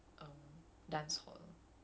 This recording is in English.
he teaches afro